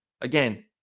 again